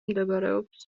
მდებარეობს